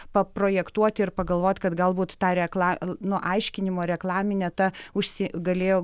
paprojektuoti ir pagalvoti kad galbūt ta rekla nu aiškinimo reklaminę ta užsi galėjo